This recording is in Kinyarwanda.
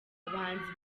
abahanzi